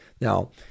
Now